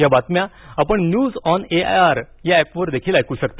या बातम्या आपण न्यज ऑन एआयआर या ऍपवर देखील ऐक शकता